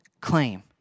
Claim